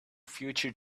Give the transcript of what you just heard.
future